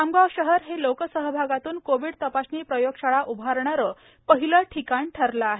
खामगाव शहर हे लोकसहभागातून कोविड तपासणी प्रयोगशाळा उभारणार पहिलं ठिकाण ठरल आहे